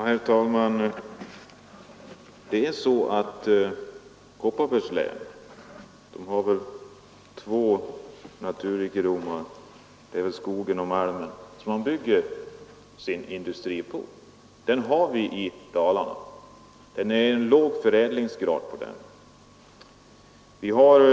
Herr talman! Kopparbergs län har två naturrikedomar, skogen och malmen, som man bygger sin industri på. Det är låg förädlingsgrad på den industrin.